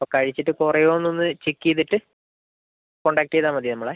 അപ്പോൾ കഴിച്ചിട്ട് കുറയുമോ എന്ന് ഒന്ന് ചെക്ക് ചെയ്തിട്ട് കോൺടാക്റ്റ് ചെയ്താൽ മതി നമ്മളെ